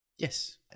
Yes